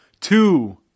two